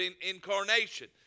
incarnation